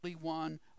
one